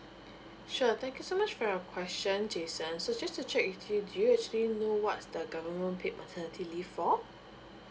sure thank you so much for your question jason so just to check with you do you actually know what's the the government paid maternity leave for